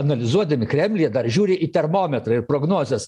analizuodami kremliuj jie dar žiūri į termometrą ir prognozes